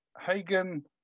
Hagen